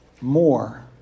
more